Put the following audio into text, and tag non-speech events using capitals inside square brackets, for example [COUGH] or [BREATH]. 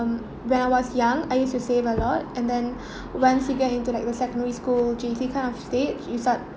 ~(mm) when I was young I used to save a lot and then [BREATH] once you get into like the secondary school J_C kind of state you start